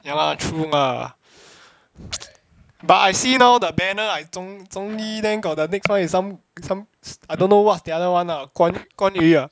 ya lah true lah but I see now the banner like 忠忠义 then got the next one is some some I don't know what's the other one lah 关羽 ah